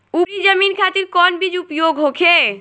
उपरी जमीन खातिर कौन बीज उपयोग होखे?